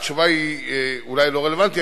התשובה אולי לא רלוונטית.